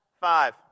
Five